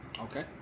Okay